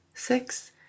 six